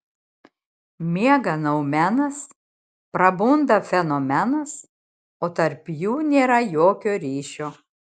miega noumenas prabunda fenomenas o tarp jų nėra jokio ryšio